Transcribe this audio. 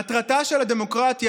מטרתה של הדמוקרטיה,